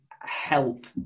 help